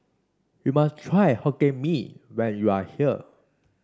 you must try Hokkien Mee when you are here